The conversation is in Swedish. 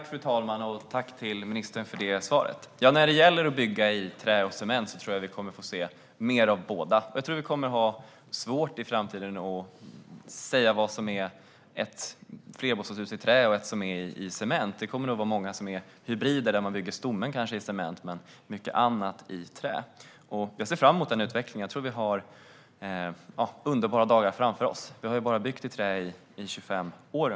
Fru talman! Tack till ministern för det svaret! När det gäller att bygga i trä och cement tror jag att vi kommer att få se mer av båda. I framtiden tror jag att vi kommer att ha svårt att säga vad som är ett flerbostadshus i trä och vad som är ett i cement. Det kommer att vara många hus som är hybrider, kanske med en stomme i cement och mycket annat i trä. Jag ser fram emot den utvecklingen och tror att vi har underbara dagar framför oss - vi har ju bara byggt i trä i ungefär 25 år.